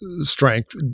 strength